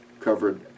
covered